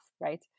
right